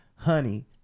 honey